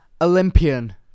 Olympian